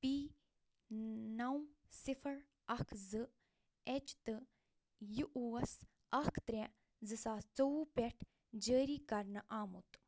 P نَو صفر اکھ زٕ ایٚچ تہٕ یہِ اوس اکھ ترٛےٚ زٕ ساس ژوٚوُہ پٮ۪ٹھ جٲری کرنہٕ آمُت